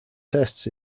tests